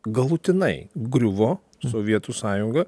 galutinai griuvo sovietų sąjunga